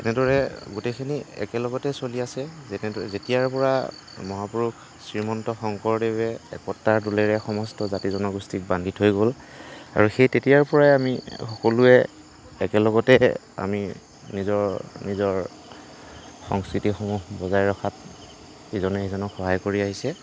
এনেদৰে গোটেইখিনি একেলগতে চলি আছে যেনেদৰে যেতিয়াৰপৰা মহাপুৰুষ শ্ৰীমন্ত শংকৰদেৱে একতাৰ ডোলেৰে সমষ্ট জাতি জনগোষ্ঠীক বান্ধি থৈ গ'ল আৰু সেই তেতিয়াৰ পৰাই আমি সকলোৱে একেলগতে আমি নিজৰ নিজৰ সংস্কৃতিসমূহ বজাই ৰখাত ইজনে সিজনক সহায় কৰি আহিছে